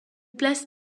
place